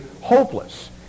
hopeless